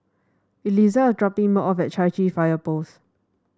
Eliza is dropping me off at Chai Chee Fire Post